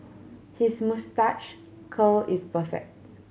his moustache curl is perfect